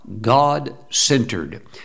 God-centered